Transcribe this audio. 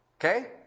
Okay